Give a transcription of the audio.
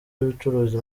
y’ubucuruzi